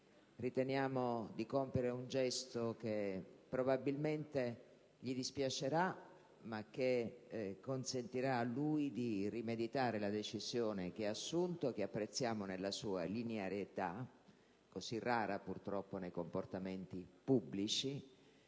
Riteniamo di compiere un gesto che probabilmente gli dispiacerà, ma che consentirà a lui di rimeditare la decisione che ha assunto, che apprezziamo nella sua linearità (così rara, purtroppo, nei comportamenti pubblici),